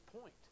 point